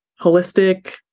holistic